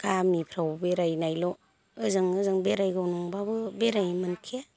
गामिफ्राव बेरायनायल' ओजों ओजों बेरायगौ नंब्लाबो बेरायनो मोनखाया